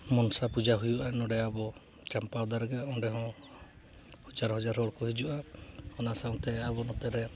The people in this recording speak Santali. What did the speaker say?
ᱢᱚᱱᱥᱟ ᱯᱩᱡᱟᱹ ᱦᱩᱭᱩᱜᱼᱟ ᱱᱚᱸᱰᱮ ᱟᱵᱚ ᱪᱟᱢᱯᱟ ᱫᱟᱨᱮ ᱚᱸᱰᱮᱦᱚᱸ ᱦᱟᱡᱟᱨ ᱦᱟᱡᱟᱨ ᱦᱚᱲ ᱠᱚ ᱦᱤᱡᱩᱜᱼᱟ ᱚᱱᱟ ᱥᱟᱶᱛᱮ ᱟᱵᱚ ᱱᱚᱛᱮᱨᱮ